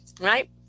right